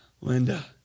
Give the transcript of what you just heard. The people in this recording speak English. Linda